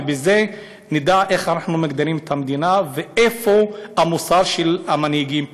ובזה נדע איך אנחנו מגדירים את המדינה ואיפה המוסר של המנהיגים פה.